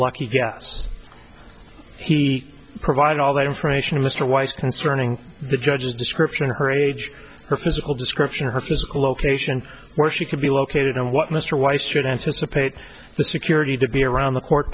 lucky guess he provided all that information to mr weiss concerning the judge's description her age her physical description her physical location where she could be located and what mr weiss should anticipate the security to be around the court